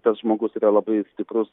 tas žmogus yra labai stiprus